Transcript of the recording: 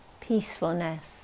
Peacefulness